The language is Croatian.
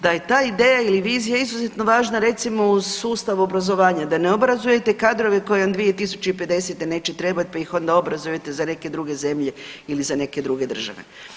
Da je ta ideja ili vizija izuzetno važna, recimo, u sustavu obrazovanja, da ne obrazujete kadrove koji vam 2050. neće trebati pa ih onda obrazujete za neke druge zemlje ili za neke druge države.